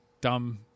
Dumb